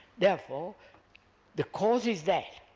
therefore the cause is that,